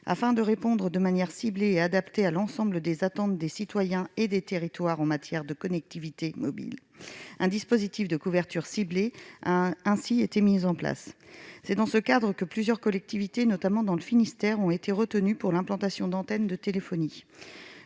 Afin de répondre de manière adaptée à l'ensemble des attentes des citoyens et des territoires en matière de connectivité mobile, un dispositif de couverture ciblée a ainsi été mis en place. C'est dans ce cadre que plusieurs collectivités, notamment dans le Finistère, ont été retenues pour l'implantation d'antennes de téléphonie.